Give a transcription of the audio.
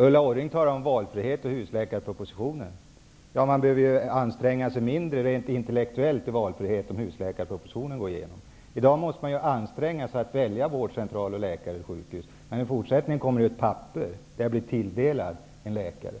Ulla Orring talar om valfrihet och husläkarpropositionen. Ja, man behöver anstränga sig mindre rent intellektuellt för att välja, om husläkarpropositionen går igenom. I dag måste man ju anstränga sig att välja vårdcentral, läkare och sjukhus, men i fortsättningen kommer det ett papper där man blir tilldelad en läkare.